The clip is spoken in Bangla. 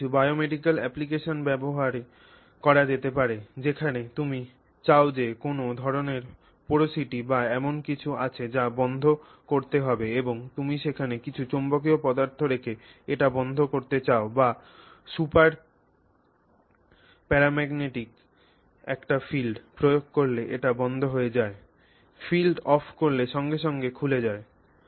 এটি কিছু বায়োমেডিকাল অ্যাপ্লিকেশনে ব্যবহার করা যেতে পারে যেখানে তুমি চাও যে কোনও ধরণের পোরোসিটি বা এমন কিছু আছে যা বন্ধ করতে হবে এবং তুমি সেখানে কিছু চৌম্বকীয় পদার্থ রেখে এটি বন্ধ করতে চাও যা সুপারপ্যারাম্যাগনেটিক একটি ফিল্ড প্রয়োগ করলে এটি বন্ধ হয়ে যায় ফিল্ডটি অফ করলে সঙ্গে সঙ্গে খুলে যায়